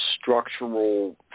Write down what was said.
structural